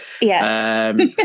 Yes